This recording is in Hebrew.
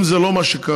אם זה לא מה שקרה,